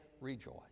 rejoice